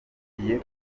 yagiye